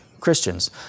Christians